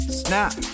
snap